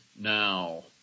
now